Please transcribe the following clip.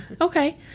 Okay